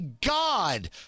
God